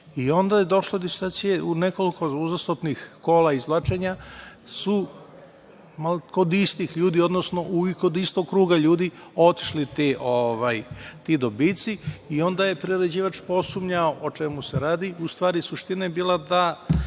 i onda je došlo do situacije u nekoliko uzastopnih kola, izvlačenja su kod istih ljudi, odnosno kod istog kruga ljudi otišli ti dobici i onda je priređivač posumnjao o čemu se radi. U stvari, suština je bila da